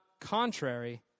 contrary